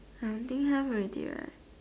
I don't think have already right